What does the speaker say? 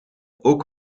ook